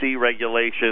regulations